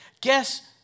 Guess